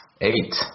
Eight